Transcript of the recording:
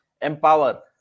empower